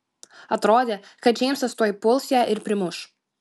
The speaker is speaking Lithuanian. atrodė kad džeimsas tuoj puls ją ir primuš